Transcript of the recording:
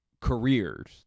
careers